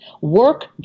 work